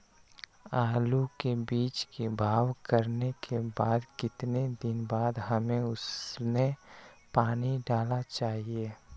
आलू के बीज के भाव करने के बाद कितने दिन बाद हमें उसने पानी डाला चाहिए?